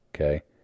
Okay